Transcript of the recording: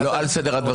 לא על סדר הדברים.